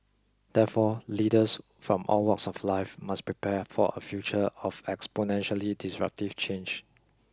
therefore leaders from all walks of life must prepare for a future of exponentially disruptive change